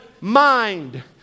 mind